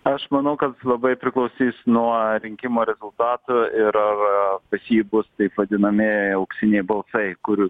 aš manau kad labai priklausys nuo rinkimų rezultatų ir ar pas jį nus taip vadinami auksiniai balsai kurių